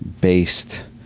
based